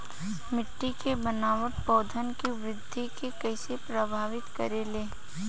मिट्टी के बनावट पौधन के वृद्धि के कइसे प्रभावित करे ले?